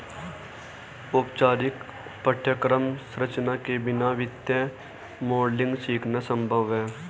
औपचारिक पाठ्यक्रम संरचना के बिना वित्तीय मॉडलिंग सीखना संभव हैं